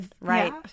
Right